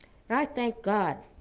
and i thank god